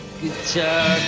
guitar